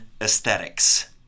aesthetics